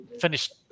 finished